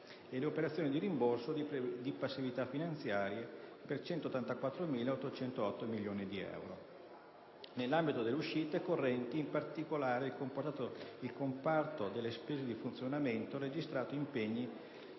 e le operazioni di rimborso di passività finanziarie per 184.808 milioni di euro. Nell'ambito delle uscite correnti, in particolare, il comparto delle spese di funzionamento ha registrato impegni